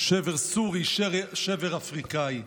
שבר סורי, שבר אפריקאי.